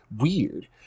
weird